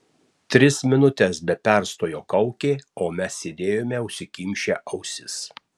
tris minutes be perstojo kaukė o mes sėdėjome užsikimšę ausis